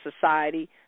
Society